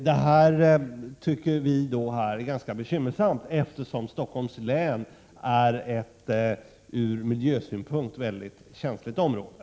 Det tycker vi är ganska bekymmersamt, eftersom Stockholms län är ett ur miljösynpunkt mycket känsligt område.